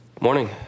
morning